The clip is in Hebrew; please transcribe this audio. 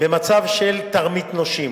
במצב של תרמית נושים,